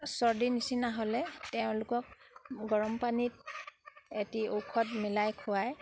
চৰ্দিৰ নিচিনা হ'লে তেওঁলোকক গৰম পানীত এটি ঔষধ মিলাই খুৱায়